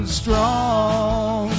strong